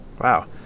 Wow